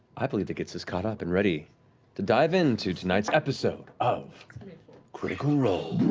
i believe that gets us caught up and ready to dive into tonight's episode of critical role.